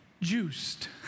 juiced